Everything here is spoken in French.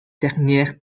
dernière